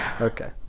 Okay